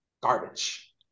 Garbage